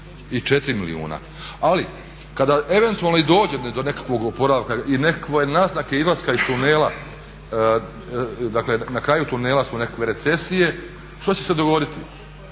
i 4 milijuna. Ali kada eventualno i dođe do nekakvog oporavka i nekakve naznake izlaska iz tunela, dakle na kraju tunela smo nekakve recesije, što će se dogoditi?